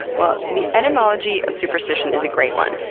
well, the etymology of superstition is a great one.